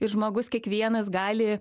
ir žmogus kiekvienas gali